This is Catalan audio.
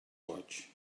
goig